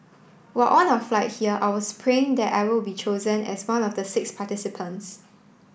while on our flight here I was praying that I will be chosen as one of the six participants